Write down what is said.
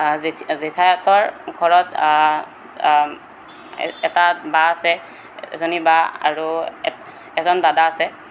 জেঠ জেঠাইহঁতৰ ঘৰত এটা বা আছে এজনী বা আৰু এজন দাদা আছে